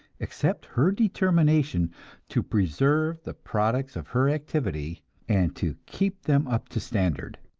except her determination to preserve the products of her activity and to keep them up to standard.